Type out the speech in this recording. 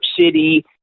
City